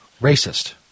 racist